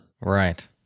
Right